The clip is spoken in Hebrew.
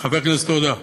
חבר הכנסת עודה,